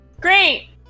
Great